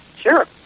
Sure